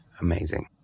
amazing